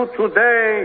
today